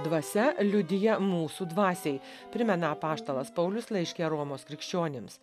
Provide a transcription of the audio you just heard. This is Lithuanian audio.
dvasia liudija mūsų dvasiai primena apaštalas paulius laiške romos krikščionims